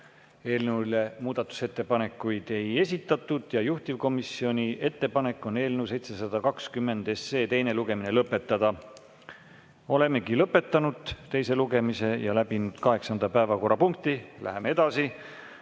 Eelnõu kohta muudatusettepanekuid ei esitatud. Juhtivkomisjoni ettepanek on eelnõu 720 teine lugemine lõpetada. Olemegi lõpetanud teise lugemise ja läbinud kaheksanda päevakorrapunkti. Läheme edasi.